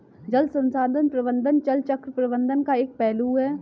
जल संसाधन प्रबंधन जल चक्र प्रबंधन का एक पहलू है